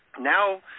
Now